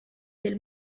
del